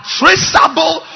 traceable